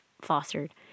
fostered